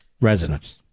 residence